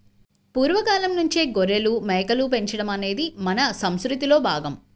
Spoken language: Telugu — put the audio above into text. పూర్వ కాలంనుంచే గొర్రెలు, మేకలు పెంచడం అనేది మన సంసృతిలో భాగం